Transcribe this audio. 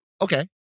okay